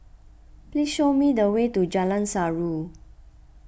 please show me the way to Jalan Surau